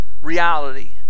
reality